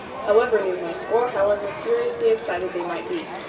however numerous or however furiously excited they might be.